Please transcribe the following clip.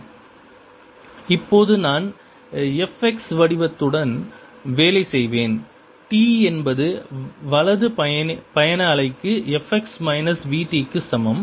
fxtfx0t xv fxtfx0txv இப்போது நான் f x வடிவத்துடன் வேலை செய்வேன் t என்பது வலது பயண அலைக்கு f x minus v t க்கு சமம்